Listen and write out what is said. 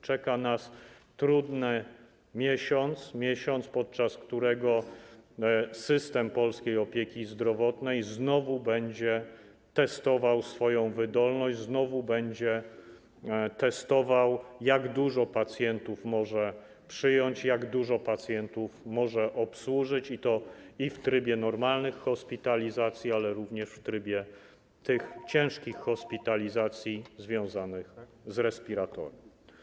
Czeka nas trudny miesiąc, miesiąc, podczas którego system polskiej opieki zdrowotnej znowu będzie testował swoją wydolność, znowu będzie testował, jak dużo pacjentów może przyjąć, jak dużo pacjentów może obsłużyć, i to zarówno w trybie normalnych hospitalizacji, jak i w trybie tych ciężkich hospitalizacji, związanych z respiratorem.